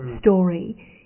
story